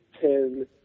ten